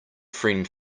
friend